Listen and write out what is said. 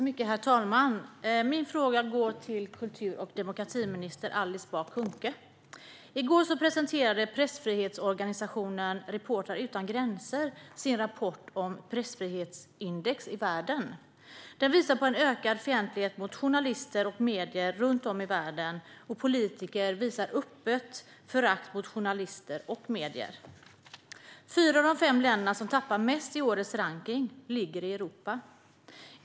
Herr talman! Min fråga går till kultur och demokratiminister Alice Bah Kuhnke. I går presenterade pressfrihetsorganisationen Reportrar utan gränser sitt pressfrihetsindex över världens länder. Det visar en ökad fientlighet mot journalister och medier runt om i världen. Politiker visar öppet förakt mot journalister och medier. Fyra av de fem länder som har tappat mest i årets rankning ligger i Europa.